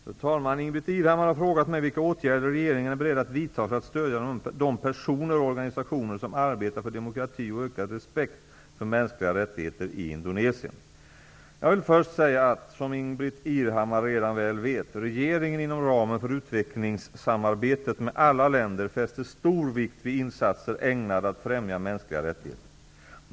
Fru talman! Ingbritt Irhammar har frågat mig vilka åtgärder regeringen är beredd att vidta för att stödja de personer och organisationer som arbetar för demokrati och ökad respekt för mänskliga rättigheter i Indonesien. Jag vill först säga att, som Ingbritt Irhammar redan väl vet, regeringen inom ramen för utvecklingssamarbetet med alla länder fäster stor vikt vid insatser ägnade att främja mänskliga rättigheter.